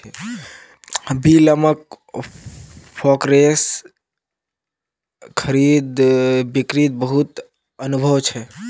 बिमलक फॉरेक्स खरीद बिक्रीत बहुत अनुभव छेक